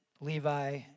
Levi